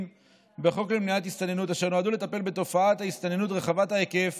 בחוק למניעת הסתננות אשר נועדו לטפל בתופעת ההסתננות רחבת ההיקף